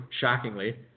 shockingly